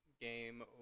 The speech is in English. game